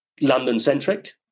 London-centric